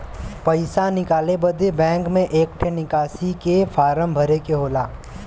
पइसा निकाले बदे बैंक मे एक ठे निकासी के फारम भरे के होला